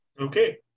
Okay